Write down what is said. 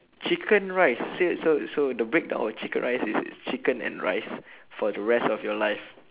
chicken rice say so so the breakdown of chicken rice is is chicken and rice for the rest of your life